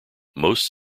most